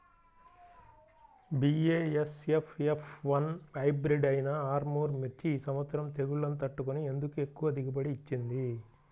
BASF F one hybrid అయినా ఆర్ముర్ మిర్చి ఈ సంవత్సరం తెగుళ్లును తట్టుకొని ఎందుకు ఎక్కువ దిగుబడి ఇచ్చింది?